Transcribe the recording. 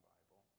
Bible